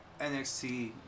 NXT